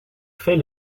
fait